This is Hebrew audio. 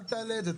אל תעלה את זה,